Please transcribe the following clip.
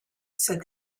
said